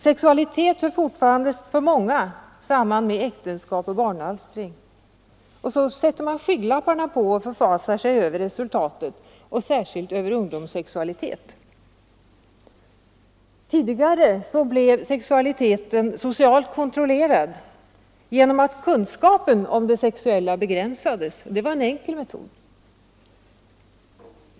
Sexualitet hör för många samman med äktenskap och barnalstring, och så sätter man skygglapparna på och förfasar sig över resultatet — särskilt över ungdomssexualitet. Tidigare blev sexualiteten socialt kontrollerad genom att kunskapen om det sexuella begränsades. Det var en enkel metod.